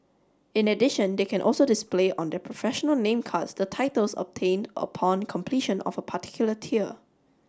in addition they can also display on their professional name cards the titles obtained upon completion of a particular tier